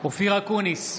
אופיר אקוניס,